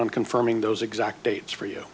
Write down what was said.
on confirming those exact dates for you